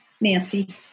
Nancy